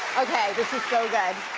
this is so good.